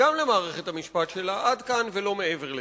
וגם למערכת המשפט שלה: עד כאן ולא מעבר לזה.